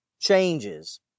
changes